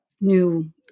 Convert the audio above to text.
new